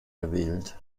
gewählt